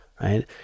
right